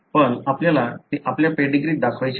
पण आपल्याला ते आपल्या पेडीग्रीत दाखवायचे आहे